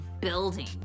building